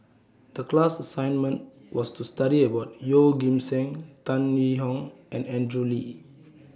The class assignment was to study about Yeoh Ghim Seng Tan Yee Hong and Andrew Lee